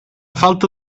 falta